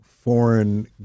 foreign